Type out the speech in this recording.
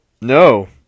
no